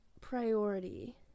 priority